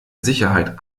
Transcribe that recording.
sicherheit